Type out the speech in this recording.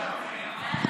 ממש, צבועה.